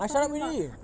I shut up already